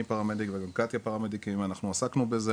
פרמדיק וגם קטיה פרמדיקית ואנחנו עסקנו בזה